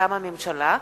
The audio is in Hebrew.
מטעם הממשלה: